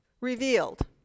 revealed